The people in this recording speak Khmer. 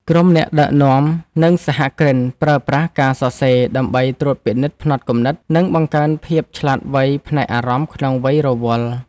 ក្រុមអ្នកដឹកនាំ និងសហគ្រិន ប្រើប្រាស់ការសរសេរដើម្បីត្រួតពិនិត្យផ្នត់គំនិត និងបង្កើនភាពឆ្លាតវៃផ្នែកអារម្មណ៍ក្នុងវ័យរវល់។